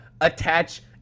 attach